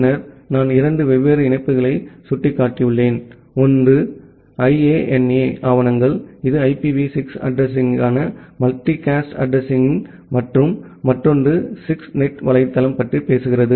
பின்னர் நான் இரண்டு வெவ்வேறு இணைப்புகளை சுட்டிக்காட்டியுள்ளேன் ஒன்று IANA ஆவணங்கள் இது IPv6 அட்ரஸிங்கள் மல்டிகாஸ்ட் அட்ரஸிங்கள் மற்றும் மற்றொன்று 6NET வலைத்தளம் பற்றி பேசுகிறது